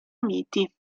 miti